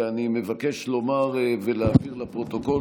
ואני מבקש לומר ולהבהיר לפרוטוקול